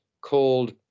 called